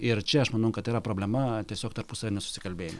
ir čia aš manau kad yra problema tiesiog tarpusavio nesusikalbėjimo